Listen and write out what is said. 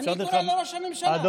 אני קורא לראש הממשלה, תרשה לי.